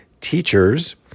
teachers